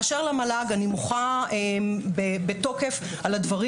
באשר למל"ג, אני מוחה בתוקף על הדברים.